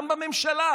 גם בממשלה